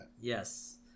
Yes